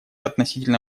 относительно